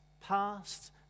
past